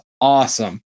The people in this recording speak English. awesome